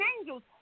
angels